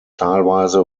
teilweise